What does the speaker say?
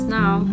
now